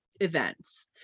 events